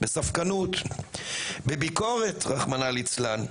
בספקנות, בביקורת, רחמנא לצלן,